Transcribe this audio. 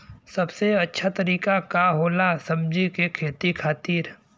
सबसे अच्छा तरीका का होला सब्जी के खेती खातिर?